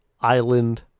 island